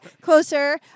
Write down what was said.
closer